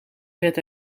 werd